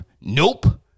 nope